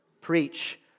preach